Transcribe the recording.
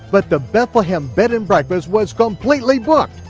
but the bethlehem bed and breakfast was completely booked,